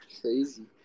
Crazy